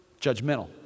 judgmental